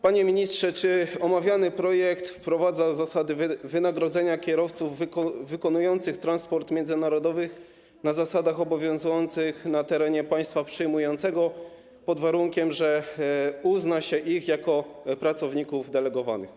Panie ministrze, czy omawiany projekt wprowadza zasady wynagradzania kierowców wykonujących transport międzynarodowy na zasadach obowiązujących na terenie państwa przyjmującego, pod warunkiem że uzna się ich za pracowników delegowanych?